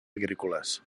agrícoles